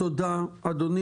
תודה, אדוני.